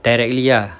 directly ah